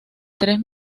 tres